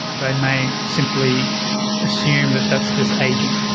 they may simply assume that that's just ageing,